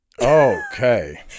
Okay